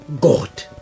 God